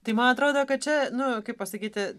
tai man atrodo kad čia nu kaip pasakyti